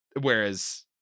Whereas